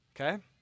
okay